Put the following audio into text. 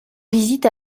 visite